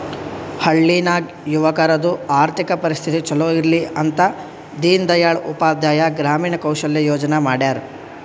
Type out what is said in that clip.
ಹಳ್ಳಿ ನಾಗ್ ಯುವಕರದು ಆರ್ಥಿಕ ಪರಿಸ್ಥಿತಿ ಛಲೋ ಇರ್ಲಿ ಅಂತ ದೀನ್ ದಯಾಳ್ ಉಪಾಧ್ಯಾಯ ಗ್ರಾಮೀಣ ಕೌಶಲ್ಯ ಯೋಜನಾ ಮಾಡ್ಯಾರ್